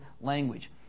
language